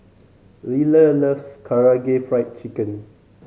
Liller loves Karaage Fried Chicken